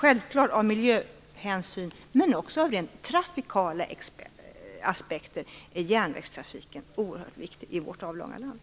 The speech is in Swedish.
Järnvägstrafik är oerhört viktig i vårt avlånga land av miljöhänsyn, men det finns också rent trafikala aspekter på detta.